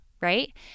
right